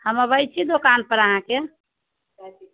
हम अबैत छी दोकान पर अहाँकेँ